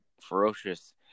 ferocious